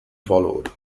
followed